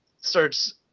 starts